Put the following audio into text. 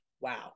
Wow